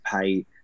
pay